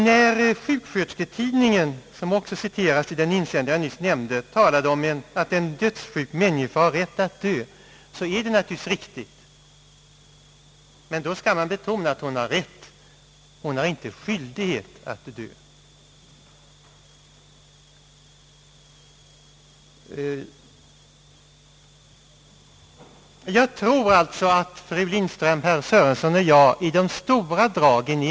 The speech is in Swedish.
När Sjukskötersketidningen, som också citeras i den insändare jag nyss talade om, nämner att en dödssjuk människa har rätt att dö är det naturligtvis riktigt, men då skall man betona att hon har rätt, inte skyldighet att dö. Jag tror således att fru Lindström, herr Sörenson och jag är ense i de stora dragen.